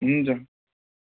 हुन्छ